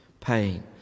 pain